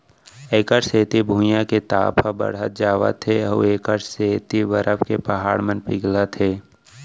एखर सेती भुइयाँ के ताप ह बड़हत जावत हे अउ एखर सेती बरफ के पहाड़ मन पिघलत हे